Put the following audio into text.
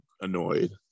annoyed